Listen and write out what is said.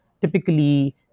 Typically